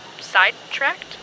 Sidetracked